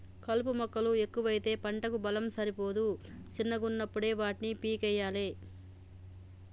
కలుపు మొక్కలు ఎక్కువైతే పంటకు బలం సరిపోదు శిన్నగున్నపుడే వాటిని పీకేయ్యలే